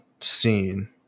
scene